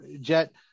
jet